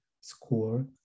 score